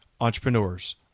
entrepreneurs